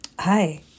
Hi